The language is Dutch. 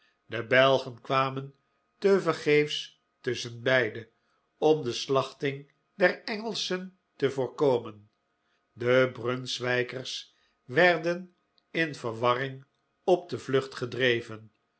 de belgen kwamen tevergeefs tusschenbeide om de slachting der engelschen te voorkomen de brunswijkers werden in verwarring op de vlucht gedreven